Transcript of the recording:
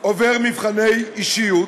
עובר מבחני אישיות,